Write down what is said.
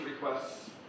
requests